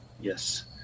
Yes